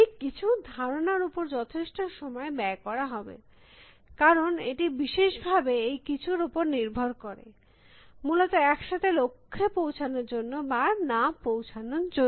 এই কিছুর ধারণার উপর যথেষ্ট সময় ব্যয় করা হবে কারণ এটি বিশেষভাবে এই কিছুর উপর নির্ভর করে মূলত একসাথে লক্ষ্যে পৌঁছানোর জন্য বা না পৌঁছানোর জন্য